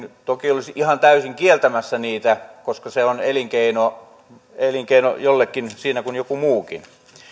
toki olisi ihan täysin kieltämässä niitä koska se on elinkeino elinkeino jollekin siinä kuin joku muukin